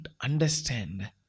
understand